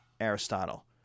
Aristotle